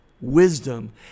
wisdom